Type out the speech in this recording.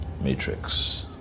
Matrix